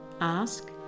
ask